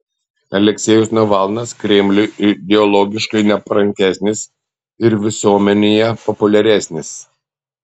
aleksejus navalnas kremliui ideologiškai neparankesnis ir visuomenėje populiaresnis